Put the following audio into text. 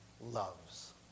loves